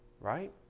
Right